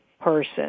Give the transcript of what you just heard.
person